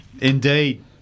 Indeed